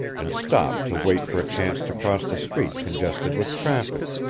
and stopped to wait for a chance to cross the street congested with traffic.